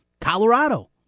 Colorado